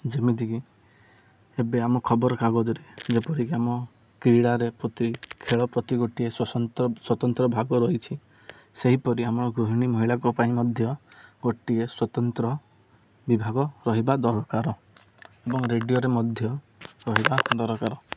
ଯେମିତିକି ଏବେ ଆମ ଖବରକାଗଜରେ ଯେପରିକି ଆମ କ୍ରୀଡ଼ାରେ ପ୍ରତି ଖେଳ ପ୍ରତି ଗୋଟି ସ୍ୱତନ୍ତ୍ର ଭାଗ ରହିଛି ସେହିପରି ଆମ ଗୃହିଣୀ ମହିଳାଙ୍କ ପାଇଁ ମଧ୍ୟ ଗୋଟିଏ ସ୍ୱତନ୍ତ୍ର ବିଭାଗ ରହିବା ଦରକାର ଏବଂ ରେଡ଼ିଓରେ ମଧ୍ୟ ରହିବା ଦରକାର